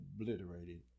obliterated